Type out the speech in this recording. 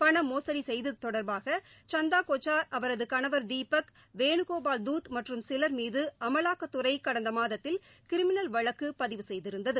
பண மோசடி செய்தது தொடர்பாக சந்தாகோச்சார் அவரது கணவர் தீபக் வேணுகோபால் தூத் மற்றும் சிலா் மீது அமலாக்கத்துறை கடந்த மாதத்தில் கிரிமினல் வழக்கு பதிவு செய்திருந்தது